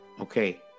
Okay